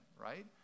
right